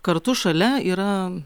kartu šalia yra